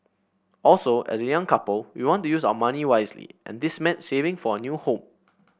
also as a young couple we want to use our money wisely and this meant saving for our new home